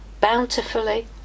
bountifully